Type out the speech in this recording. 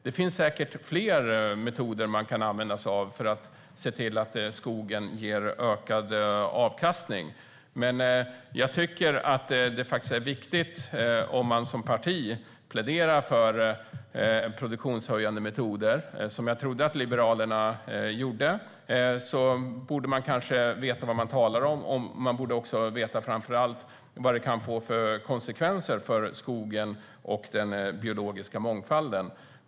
Det finns säkert fler metoder som man kan använda sig av för att se till att skogen ger ökad avkastning, men jag tycker att det faktiskt är viktigt, om man som parti pläderar för produktionshöjande metoder, som jag trodde att Liberalerna gjorde, att man vet vad man talar om. Man bör framför allt också veta vad det kan ge för konsekvenser för skogen och den biologiska mångfalden.